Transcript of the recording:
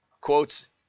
quotes